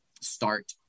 start